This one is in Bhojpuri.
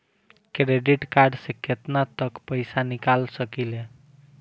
क्रेडिट कार्ड से केतना तक पइसा निकाल सकिले?